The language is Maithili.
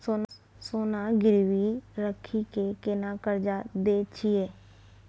सोना गिरवी रखि के केना कर्जा दै छियै?